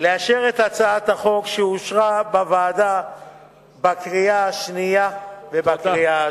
בבקשה לאשר את הצעת החוק שאושרה בוועדה בקריאה שנייה ובקריאה שלישית.